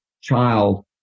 child